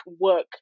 work